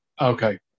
okay